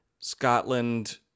scotland